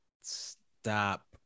stop